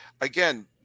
again